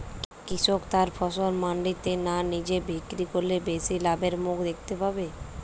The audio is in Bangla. কৃষক তার ফসল মান্ডিতে না নিজে বিক্রি করলে বেশি লাভের মুখ দেখতে পাবে?